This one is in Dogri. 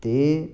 ते